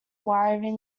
wiring